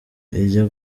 ijya